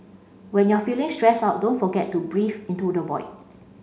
when you are feeling stressed out don't forget to breathe into the void